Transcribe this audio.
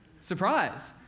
Surprise